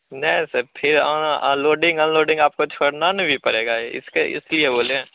नहीं सर फिर अना लोडिंग अनलोडिंग आपको छोड़ना ना भी पड़ेगा इसके इसलिए बोलें हैं